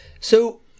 So-